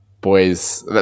Boys